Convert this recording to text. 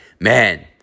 man